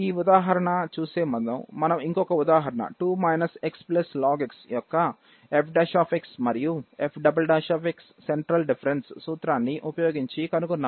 ఈ ఉదాహరణ చూసే ముందు మనం ఇంకో ఉదాహరణ 2 x ln x యొక్క f మరియు f సెంట్రల్ డిఫరెన్స్ సూత్రాన్ని ఉపయోగించి కనుగొన్నాము